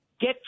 get